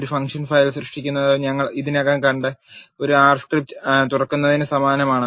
ഒരു function file സൃഷ്ടിക്കുന്നത് ഞങ്ങൾ ഇതിനകം കണ്ട ഒരു ആർ സ്ക്രിപ്റ്റ് തുറക്കുന്നതിന് സമാനമാണ്